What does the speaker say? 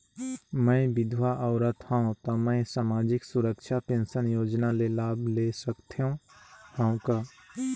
मैं विधवा औरत हवं त मै समाजिक सुरक्षा पेंशन योजना ले लाभ ले सकथे हव का?